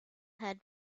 had